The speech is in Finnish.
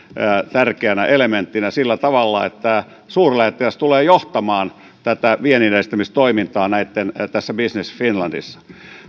tärkeänä elementtinä sillä tavalla että suurlähettiläs tulee johtamaan tätä vienninedistämistoimintaa business finlandissa